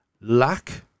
lack